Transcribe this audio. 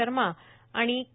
शर्मा आणि के